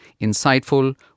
insightful